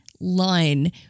line